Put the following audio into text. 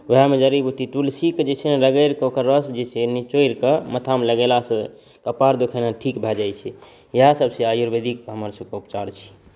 वएहमे जड़ी बुटी तुलसीकेँ जे छै ने ओकरा रगड़िकऽ ओकर रस जे छै ने से निचोड़िकऽ माथामे लगेलासँ कपार दुखेनाइ ठीक भऽ जाइ छै इएह सभ छै हमरा सभके आयुर्वेदिक उपचार छै